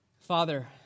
Father